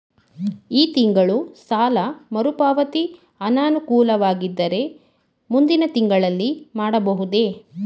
ಈ ತಿಂಗಳು ಸಾಲ ಮರುಪಾವತಿ ಅನಾನುಕೂಲವಾಗಿದ್ದರೆ ಮುಂದಿನ ತಿಂಗಳಲ್ಲಿ ಮಾಡಬಹುದೇ?